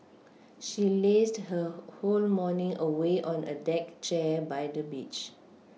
she lazed her whole morning away on a deck chair by the beach